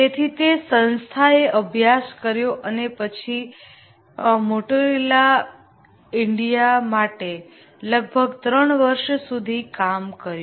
તેથી તે સંસ્થાએ અભ્યાસ કર્યો અને પછી મોટોરોલા ઇન્ડિયા માટે લગભગ 3 વર્ષ સુધી કામ કર્યું